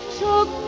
took